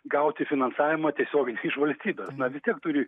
gauti finansavimą tiesiogiai iš valstybės na vis tiek turi